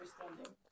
understanding